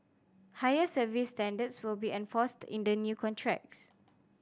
higher service standards will be enforced in the new contracts